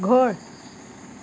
ঘৰ